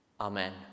Amen